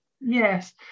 Yes